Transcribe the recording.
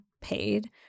paid